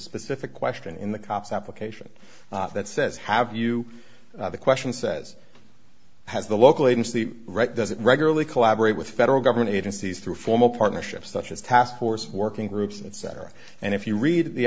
specific question in the cop's application that says have you the question says has the local agency right does it regularly collaborate with federal government agencies to form a partnership such as task force working groups etc and if you read the